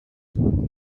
suddenly